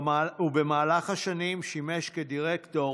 ובמהלך השנים שימש כדירקטור